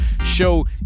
Show